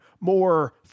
more